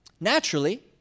Naturally